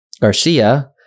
Garcia